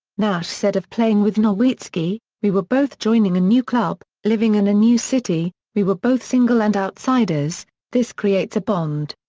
nash said of playing with nowitzki, we were both joining a new club, living in a new city, we were both single and outsiders this creates a bond.